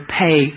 pay